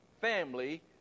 family